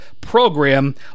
program